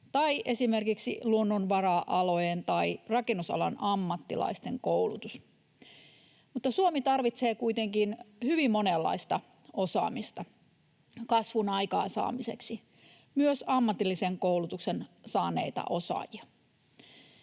tai esimerkiksi luonnonvara-alojen tai rakennusalan ammattilaisten koulutus. Mutta Suomi tarvitsee kuitenkin hyvin monenlaista osaamista kasvun aikaansaamiseksi, myös ammatillisen koulutuksen saaneita osaajia.